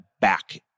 back